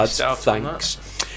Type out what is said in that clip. Thanks